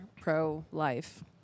pro-life